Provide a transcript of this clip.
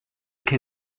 can